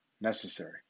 Necessary